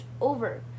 over